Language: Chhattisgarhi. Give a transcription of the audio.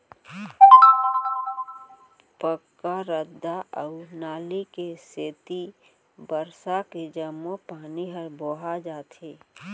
पक्का रद्दा अउ नाली के सेती बरसा के जम्मो पानी ह बोहा जाथे